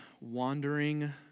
wandering